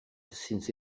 since